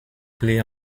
clefs